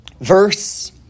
verse